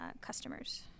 customers